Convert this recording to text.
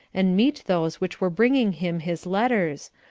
and meet those which were bringing him his letters,